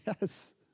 Yes